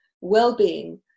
well-being